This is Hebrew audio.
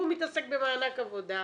הוא מתעסק במענק עבודה,